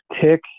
tick